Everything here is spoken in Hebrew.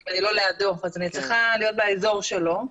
כי אני לא לידו, אז אני צריכה להיות באזור שלו.